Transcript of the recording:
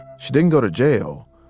she didn't go to jail,